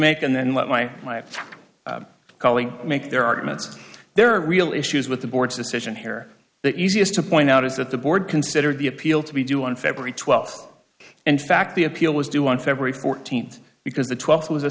make and then let my my colleague make their arguments there are real issues with the board's decision here the easiest to point out is that the board considered the appeal to be due on february twelfth in fact the appeal was due on february fourteenth because the twelfth w